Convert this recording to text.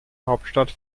hauptstadt